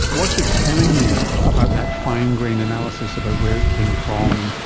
what is it telling you about that fine-grained analysis about where it came from,